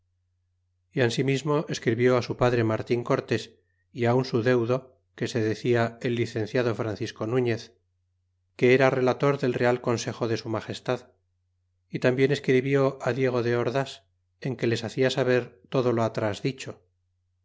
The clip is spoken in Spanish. y ensimismo escribió su padre martin cortés é un su deudo que se decia el licenciado francisco nuñez que era relator del real consejo de su magestad y tainbien escribió diego de ordas en que les hacia saber todo lo atras dicho